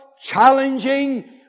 challenging